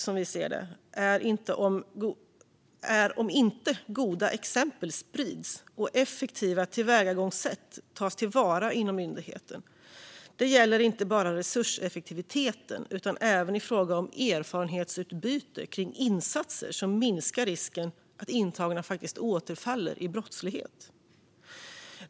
Som vi ser det är det ett problem om inte goda exempel sprids och effektiva tillvägagångssätt tas till vara inom myndigheten. Detta gäller inte bara resurseffektiviteten utan även i fråga om erfarenhetsutbyte av insatser som minskar risken att intagna återfaller i brottslighet.